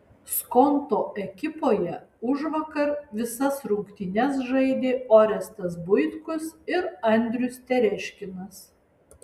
skonto ekipoje užvakar visas rungtynes žaidė orestas buitkus ir andrius tereškinas